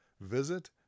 visit